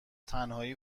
تنهایی